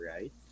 right